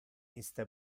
iste